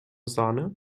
sahne